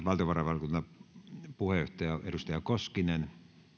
valtiovarainvaliokunnan puheenjohtaja edustaja koskinen